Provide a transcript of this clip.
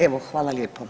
Evo hvala lijepo.